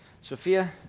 Sophia